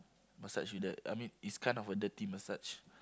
massage you that I mean it's kind of a dirty massage